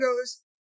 goes